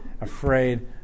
afraid